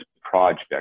project